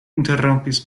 interrompis